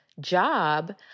job